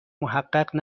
محقق